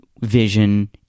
Vision